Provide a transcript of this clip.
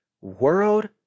World